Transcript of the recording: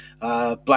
Black